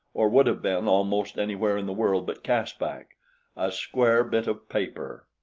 or would have been almost anywhere in the world but caspak a square bit of paper!